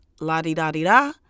la-di-da-di-da